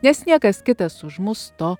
nes niekas kitas už mus to